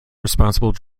responsible